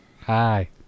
Hi